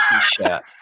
shirt